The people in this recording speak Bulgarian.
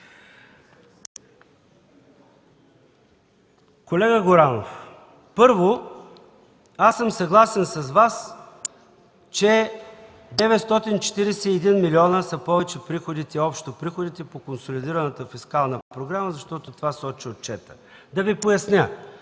Колега Горанов, първо, съгласен съм с Вас, че 941 милиона са повече от приходите и общо приходите по консолидираната фискална програма, защото това сочи отчетът. Да Ви поясня: